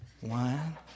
One